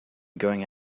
going